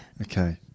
Okay